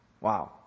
Wow